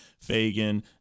fagan